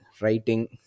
writing